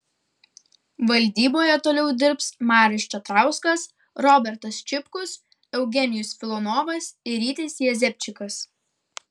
valdyboje toliau dirbs marius čatrauskas robertas čipkus eugenijus filonovas ir rytis jezepčikas